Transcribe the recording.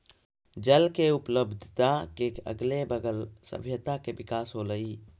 जल के उपलब्धता के अगले बगल सभ्यता के विकास होलइ